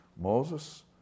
Moses